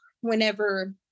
whenever